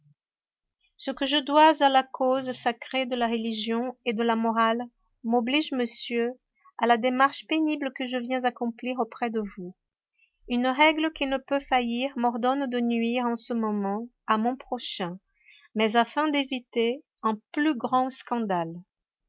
ce que je dois à la cause sacrée de la religion et de la morale m'oblige monsieur à la démarche pénible que je viens accomplir auprès de vous une règle qui ne peut faillir m'ordonne de nuire en ce moment à mon prochain mais afin d'éviter un plus grand scandale